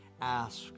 ask